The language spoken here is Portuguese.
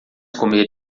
comer